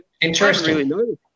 Interesting